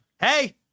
Hey